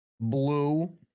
blue